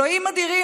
אלוהים אדירים,